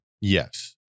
Yes